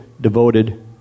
devoted